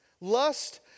lust